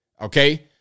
okay